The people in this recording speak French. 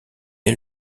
est